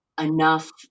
enough